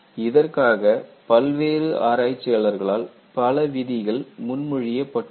இதற்காக பல்வேறு ஆராய்ச்சியாளர்களால் பல விதிகள் முன்மொழியப்பட்டுள்ளன